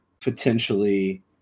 potentially